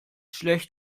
schlecht